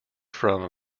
from